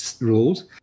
rules